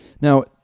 Now